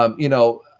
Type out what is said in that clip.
um you know,